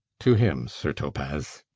to him, sir topas.